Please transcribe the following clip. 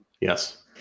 Yes